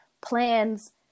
plans